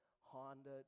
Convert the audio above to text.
Honda